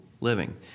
living